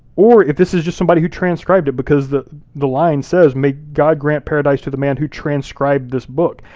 or if this is just somebody who transcribed it, because the the line says may god grant paradise to the man who transcribed this book.